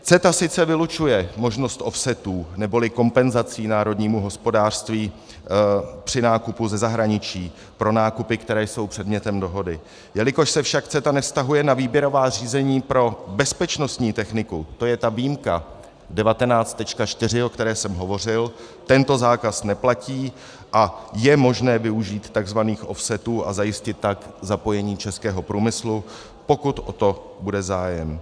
CETA sice vylučuje možnost offsetů, neboli kompenzací národnímu hospodářství při nákupu ze zahraničí pro nákupy, které jsou předmětem dohody, jelikož se však CETA nevztahuje na výběrová řízení pro bezpečnostní techniku, to je ta výjimka 19.4, o které jsem hovořil, tento zákaz neplatí a je možné využít tzv. offsetů a zajistit tak zapojení českého průmyslu, pokud o to bude zájem.